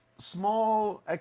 small